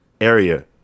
area